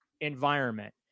environment